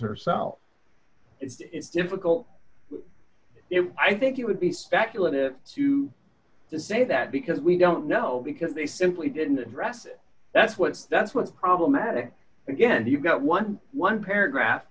herself it's difficult i think it would be speculative to say that because we don't know because they simply didn't address it that's what that's what's problematic again you've got eleven paragraph